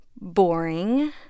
Boring